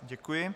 Děkuji.